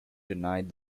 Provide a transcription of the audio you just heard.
denied